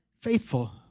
faithful